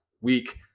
week